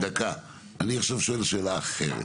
אני שואל עכשיו שאלה אחרת.